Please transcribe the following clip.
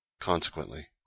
Consequently